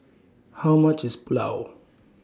How much IS Pulao